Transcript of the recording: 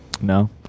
No